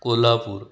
Kolhapur